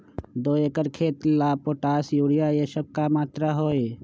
दो एकर खेत के ला पोटाश, यूरिया ये सब का मात्रा होई?